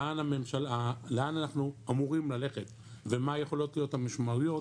ולאן אנחנו אמורים ללכת ומה יכולות להיות המשמעויות